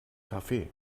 café